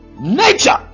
nature